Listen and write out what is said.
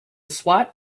swat